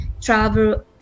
travel